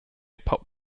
pop